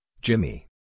Jimmy